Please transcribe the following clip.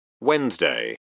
Wednesday